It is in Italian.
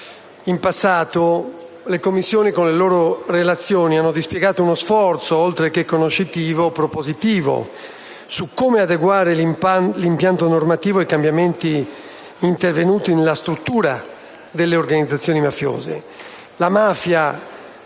In passato, con le loro relazioni, le Commissioni hanno dispiegato uno sforzo, oltre che conoscitivo, propositivo su come adeguare l'impianto normativo ai cambiamenti intervenuti nella struttura delle organizzazioni mafiose.